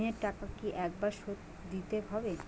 ঋণের টাকা কি একবার শোধ দিতে হবে?